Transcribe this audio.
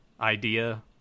idea